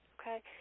Okay